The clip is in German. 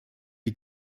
die